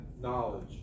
knowledge